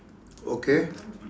okay